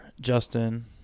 Justin